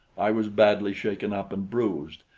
i was badly shaken up and bruised,